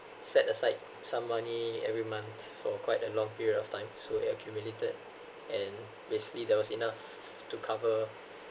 set aside some money every month for a quite long period of time so accumulated and basically there was enough to cover